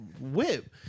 Whip